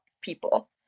people